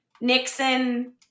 Nixon